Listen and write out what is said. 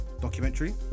documentary